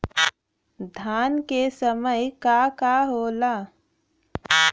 धान के समय का का होला?